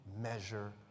measure